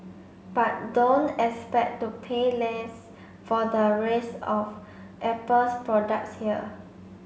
but don't expect to pay less for the rest of Apple's products here